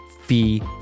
fee